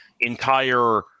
entire